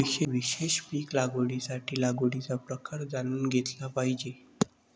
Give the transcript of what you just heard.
विशेष पीक लागवडीसाठी लागवडीचा प्रकार जाणून घेतला पाहिजे